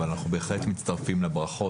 אבל אנחנו בהחלט מצטרפים לברכות.